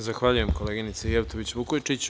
Zahvaljujem, koleginice Jevtović Vukojičić.